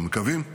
אנחנו מקווים